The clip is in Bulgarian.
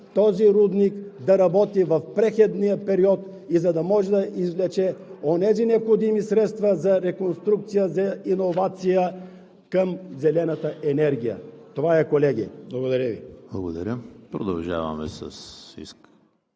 този рудник да работи в преходния период и за да може да извлече онези необходими средства за реконструкция, за иновация към зелената енергия. Това е, колеги. Благодаря Ви. ПРЕДСЕДАТЕЛ ЕМИЛ